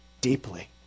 deeply